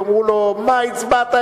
יאמרו לו: מה הצבעת,